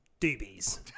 doobies